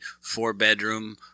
four-bedroom